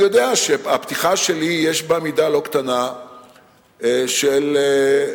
אני יודע שהפתיחה שלי יש בה מידה לא קטנה של פסימיות,